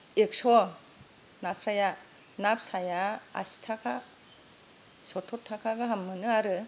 एक्स' नास्राया ना फिसाया आसिथाखा सत्थ'र थाखा गाहाम मोनो आरो